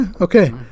okay